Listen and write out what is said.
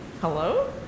Hello